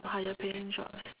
higher paying jobs